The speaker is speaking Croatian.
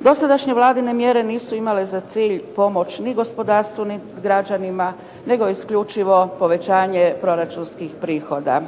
Dosadašnje Vladine mjere nisu imale za cilj pomoć ni gospodarstvu ni građanima, nego isključivo povećanje proračunskih prihoda.